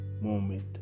moment